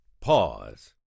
pause